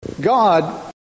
God